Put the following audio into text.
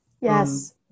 Yes